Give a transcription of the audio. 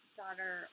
daughter